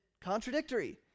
contradictory